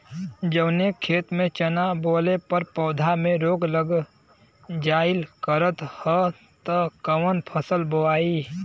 जवने खेत में चना बोअले पर पौधा में रोग लग जाईल करत ह त कवन फसल बोआई?